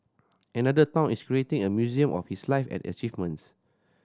another town is creating a museum on his life and achievements